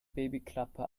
babyklappe